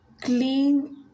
Clean